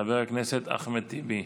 חבר הכנסת אחמד טיבי,